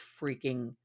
freaking